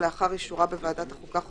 לתוקף לאחר אישורה ע ל ידי ועדת חוקה,